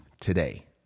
today